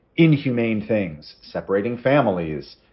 inhumane things, separating families,